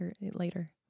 later